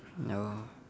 oh